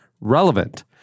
relevant